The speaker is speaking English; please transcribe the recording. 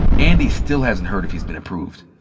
andy still hasn't heard if he's been approved.